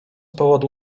powodu